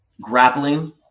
grappling